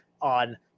on